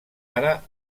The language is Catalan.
ara